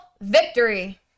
victory